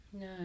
No